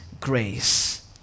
grace